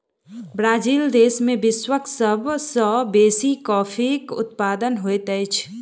Brazil देश में विश्वक सब सॅ बेसी कॉफ़ीक उत्पादन होइत अछि